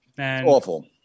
Awful